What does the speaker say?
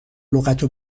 لغت